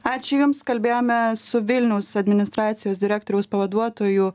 ačiū jums kalbėjome su vilniaus administracijos direktoriaus pavaduotoju